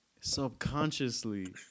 subconsciously